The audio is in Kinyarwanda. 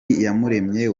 iyaremye